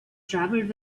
travelled